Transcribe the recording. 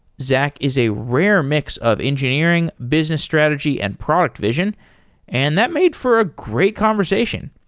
zack is a rare mix of engineering, business strategy and product vision and that made for a great conversation.